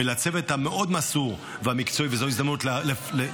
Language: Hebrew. ולצוות המאוד-מסור והמקצועי -- כל הכבוד.